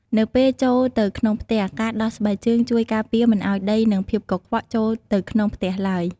នៅពេលចូលទៅក្នុងផ្ទះ ការដោះស្បែកជើងជួយការពារមិនឱ្យដីនិងភាពកខ្វក់ចូលទៅក្នុងផ្ទះឡើយ។